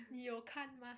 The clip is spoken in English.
你有看吗